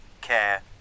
care